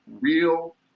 real